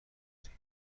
داریم